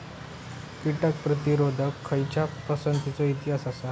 कीटक प्रतिरोधक खयच्या पसंतीचो इतिहास आसा?